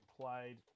played